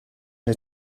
les